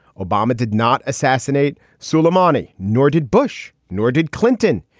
obama did not assassinate suleimani. nor did bush, nor did clinton.